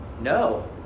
No